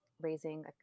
raising